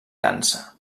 dansa